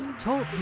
talk